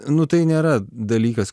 nu tai nėra dalykas